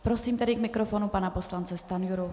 Prosím tedy k mikrofonu pana poslance Stanjuru.